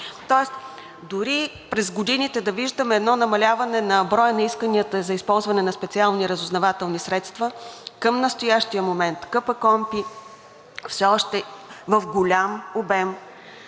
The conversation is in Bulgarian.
повече. Дори през годините да виждаме едно намаляване на броя на исканията за използване на специални разузнавателни средства, към настоящия момент КПКОНПИ все още в голям обем